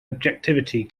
objectivity